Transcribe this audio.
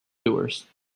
doers